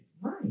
right